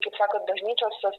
kaip sakot bažnyčios jos